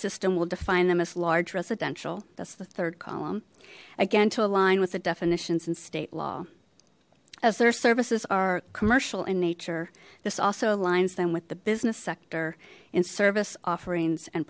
system will define them as large residential that's the third column again to align with the definitions in state law as their services are commercial in nature this also aligns them with the business sector in service offerings and